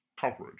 coverage